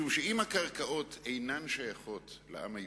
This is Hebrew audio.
משום שאם הקרקעות אינן שייכות לעם היהודי,